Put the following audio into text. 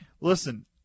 listen